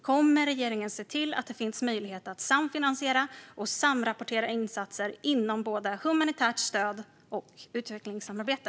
Kommer regeringen att se till att det finns möjlighet att samfinansiera och samrapportera insatser inom både humanitärt stöd och utvecklingssamarbete?